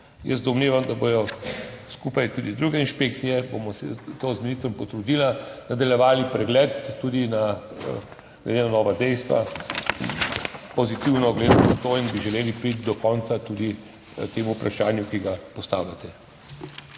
Jaz domnevam, da bodo skupaj tudi druge inšpekcije, se bova z ministrom potrudila, nadaljevale pregled tudi glede na nova dejstva, da bodo pozitivno gledale to, ker bi želeli priti do konca tudi temu vprašanju, ki ga postavljate.